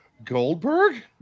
Goldberg